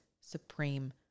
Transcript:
Supreme